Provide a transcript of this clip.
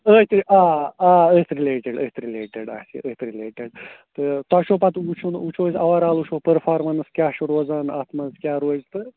أتھۍ آ آ أتھۍ رِلیٹِڈ أتھۍ رِلیٹِڈ آسہِ أتھۍ رِلیٹِڈ تہٕ تۄہہِ چھُو پتہٕ وٕچھُن وٕچھو أسۍ اوٚرآل وٕچھو پٕرفارمَنٕس کیٛاہ چھُ روزان اَتھ منٛز کیٛاہ روزِ تہٕ